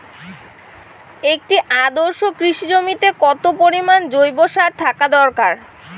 একটি আদর্শ কৃষি জমিতে কত পরিমাণ জৈব সার থাকা দরকার?